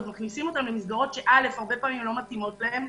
אז מכניסים אותם למסגרות שהרבה פעמים לא מתאימות להם.